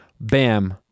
bam